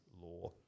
law